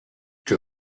que